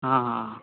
ആ ആ ആ